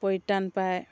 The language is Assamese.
পৰিত্ৰাণ পায়